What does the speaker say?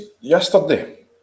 yesterday